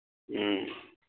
ꯎꯝ